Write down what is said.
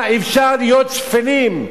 כמה אפשר להיות שפלים?